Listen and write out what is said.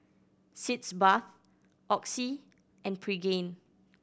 Sitz Bath Oxy and Pregain